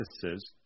practices